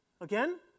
Again